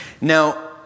Now